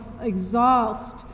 exhaust